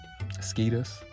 mosquitoes